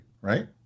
right